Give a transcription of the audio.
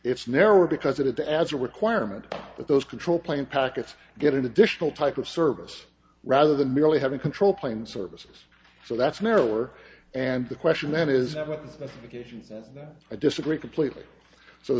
it's narrowed because it had to as a requirement that those control plane packets get an additional type of service rather than merely having control plane services so that's narrower and the question then is that i disagree completely so